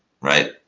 right